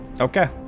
Okay